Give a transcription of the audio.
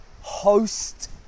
host